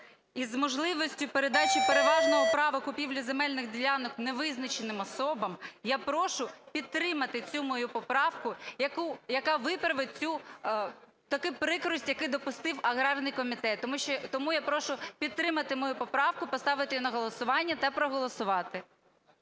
із можливістю передачі переважного права купівля земельних ділянок невизначеним особам, я прошу підтримати цю мою поправку, яка виправить цю таку прикрість, яку допустив аграрний комітет. Тому я прошу підтримати мою поправку, поставити її на голосування та проголосувати.